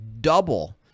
double